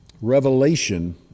Revelation